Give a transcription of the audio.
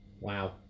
wow